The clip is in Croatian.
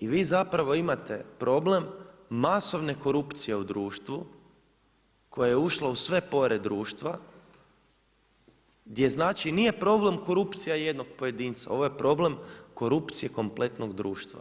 I vi zapravo imate problem, masovne korupcije u društvu, koje je ušla u sve pore društva, gdje znači nije korupcija jednog pojedinca, ovo je problem korupcije kompletnog društva,